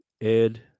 Ed